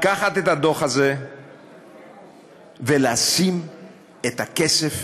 לקחת את הדוח הזה ולשים את הכסף